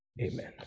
Amen